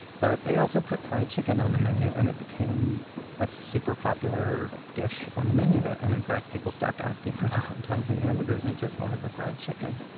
but they also put fried chicken on the menu. and it became a super popular dish on the menu. and in fact, people stopped asking for the hot and dogs and the hamburgers and just wanted the fried chicken.